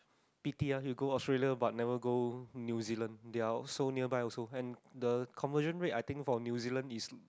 Petey ask me to go Australia but never go new-zealand they are so nearby also and the conversion rate I think for new-zealand is